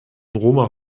roma